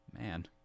man